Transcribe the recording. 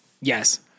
Yes